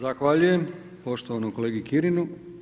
Zahvaljujem poštovanom kolegi Kirinu.